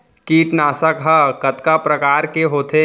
कीटनाशक ह कतका प्रकार के होथे?